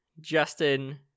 Justin